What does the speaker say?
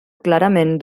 clarament